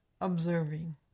observing